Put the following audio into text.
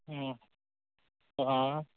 অঁ অঁ